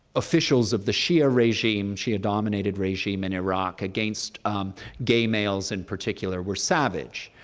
officials of the shia regime, shia-dominated regime, in iraq against gay males in particular were savage,